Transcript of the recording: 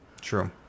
True